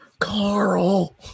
Carl